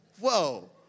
Whoa